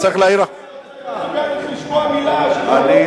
היא לא יכולה לשמוע מלה של ביקורת.